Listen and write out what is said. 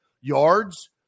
yards